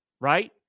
Right